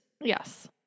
Yes